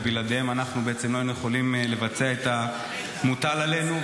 ובלעדיהם אנחנו בעצם לא היינו יכולים לבצע את המוטל עלינו.